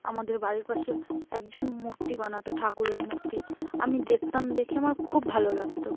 আমাদের বাড়ির পাশে একজন মূর্তি বানাত ঠাকুরের মূর্তি আমি দেখতাম দেখে আমার খুব ভালো লাগত